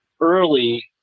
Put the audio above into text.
early